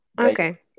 Okay